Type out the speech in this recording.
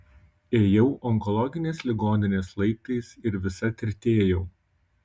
ėjau onkologinės ligoninės laiptais ir visa tirtėjau